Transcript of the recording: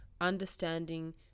understanding